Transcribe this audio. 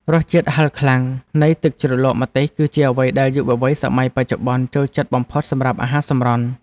រសជាតិហឹរខ្លាំងនៃទឹកជ្រលក់ម្ទេសគឺជាអ្វីដែលយុវវ័យសម័យបច្ចុប្បន្នចូលចិត្តបំផុតសម្រាប់អាហារសម្រន់។